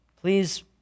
Please